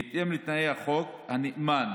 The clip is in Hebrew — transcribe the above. בהתאם לתנאי החוק, הנאמן